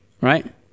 right